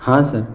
ہاں سر